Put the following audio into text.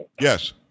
Yes